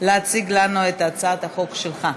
לרשותך עשר דקות להציג לנו את הצעת החוק שלך.